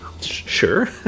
Sure